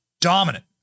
dominant